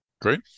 Great